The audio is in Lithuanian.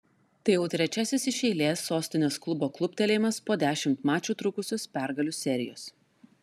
tai jau trečiasis iš eilės sostinės klubo kluptelėjimas po dešimt mačų trukusios pergalių serijos